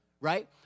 right